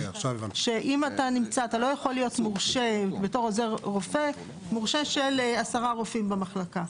אתה לא יכול להיות בתור עוזר רופא מורשה של עשרה רופאים במחלקה.